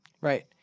Right